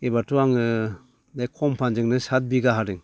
एबारथ' आङो बे कम्फानजोंनो सात बिगा हादों